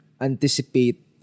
anticipate